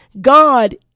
God